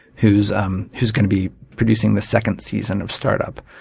who is um who is going to be producing the second season of startup.